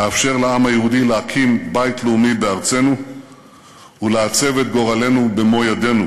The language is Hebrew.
לאפשר לעם היהודי להקים בית לאומי בארצנו ולעצב את גורלנו במו-ידינו.